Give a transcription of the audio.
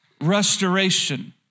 restoration